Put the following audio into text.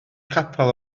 capel